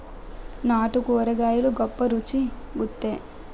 నాటు కూరగాయలు గొప్ప రుచి గుంత్తై